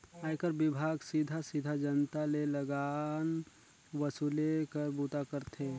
आयकर विभाग सीधा सीधा जनता ले लगान वसूले कर बूता करथे